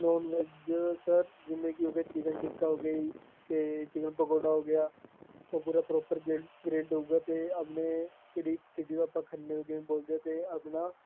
non veg sir ਜਿਵੇਂ ਕਿ ਹੋ ਗਿਆ ਚਿਕਨ ਟਿੱਕਾ ਹੋ ਗਿਆ ਜੀ ਅਤੇ ਚਿਕਨ ਪਕੌੜਾ ਹੋ ਗਿਆ ਉਹ ਪੂਰਾ ਪ੍ਰੋਪਰ ਗ੍ਰਿਲ ਗ੍ਰਿਲਡ ਹੋਊਗਾ ਅਤੇ ਆਪਣੇ ਕਰੀਬ ਸਿਟੀ ਜਿਹਨੂੰ ਆਪਾਂ ਖੰਨੇ ਨੂੰ ਜਿਵੇਂ ਬੋਲਦੇ ਹਾਂ ਅਤੇ ਆਪਣਾ